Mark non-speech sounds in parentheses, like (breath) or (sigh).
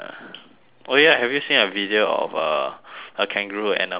oh ya have you seen a video of a (breath) a kangaroo and a man fighting